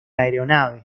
aeronave